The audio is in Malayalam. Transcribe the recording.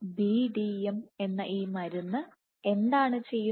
BDMഎന്ന ഈമരുന്ന് എന്താണ് ചെയ്യുന്നത്